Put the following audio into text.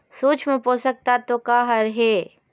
सूक्ष्म पोषक तत्व का हर हे?